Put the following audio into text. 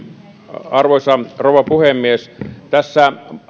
arvoisa rouva puhemies tässä